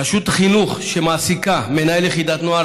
רשות חינוך שמעסיקה מנהל יחידת נוער